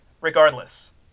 regardless